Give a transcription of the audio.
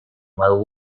while